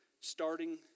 starting